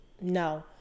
no